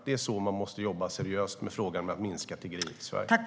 Det är så man måste jobba seriöst med frågan om att minska tiggeriet i Sverige.